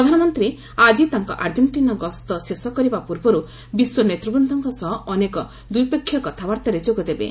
ପ୍ରଧାନମନ୍ତ୍ରୀ ଆଜି ତାଙ୍କ ଆର୍ଜେଣ୍ଟିନା ଗସ୍ତ ଶେଷ କରିବା ପୂର୍ବରୁ ବିଶ୍ୱ ନେତୃବୃନ୍ଦଙ୍କ ସହ ଅନେକ ଦ୍ୱିପକ୍ଷୀୟ କଥାବାର୍ତ୍ତାରେ ଯୋଗଦେବେ